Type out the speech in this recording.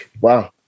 Wow